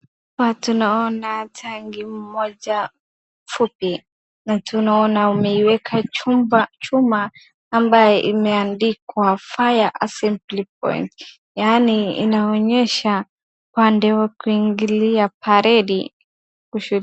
Hapa tunaona tanki moja fupi. Na tunaona wameiweka chuma ambayo imeandikwa FIRE ASSEMBLY POINT , yaani inaonyesha pande wa kuingilia paredi kushu...